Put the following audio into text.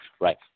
right